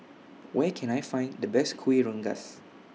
Where Can I Find The Best Kuih Rengas